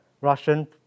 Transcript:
Russian